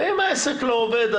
ואם העסק לא עובד,